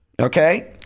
Okay